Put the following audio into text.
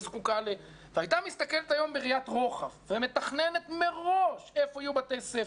היה מסתכל היום בראיית רוחב ומתכנן מראש איפה יהיו בתי ספר.